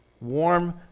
warm